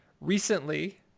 recently